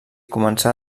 començà